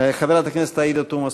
חברת הכנסת עאידה תומא סלימאן,